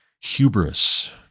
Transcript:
hubris